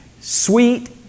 sweet